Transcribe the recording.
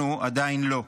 לנו עדיין לא.